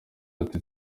ati